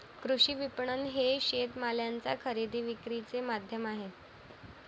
कृषी विपणन हे शेतमालाच्या खरेदी विक्रीचे माध्यम आहे